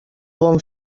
bon